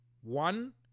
one